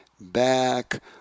back